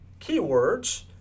keywords